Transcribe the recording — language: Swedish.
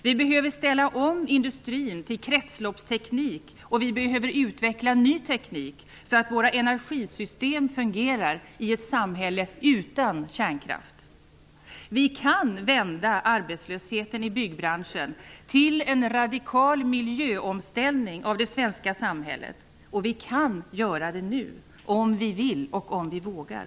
Vi behöver ställa om industrin till kretsloppsteknik, och vi behöver utveckla ny teknik, så att våra energisystem kan fungera i ett samhälle utan kärnkraft. Vi kan vända arbetslösheten i byggbranschen till en radikal miljöomställning av det svenska samhället. Vi kan göra det nu -- om vi vill och om vi vågar!